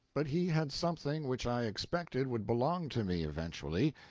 but he had something which i expected would belong to me eventually,